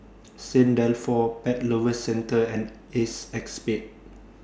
Saint Dalfour Pet Lovers Centre and ACEXSPADE